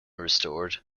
restored